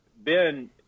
Ben